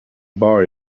bar